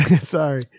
Sorry